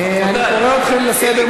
איך אתה מרשה את זה?